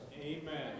Amen